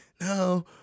No